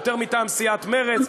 יותר מטעם סיעת מרצ.